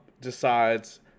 decides